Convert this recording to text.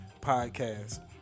Podcast